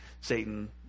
satan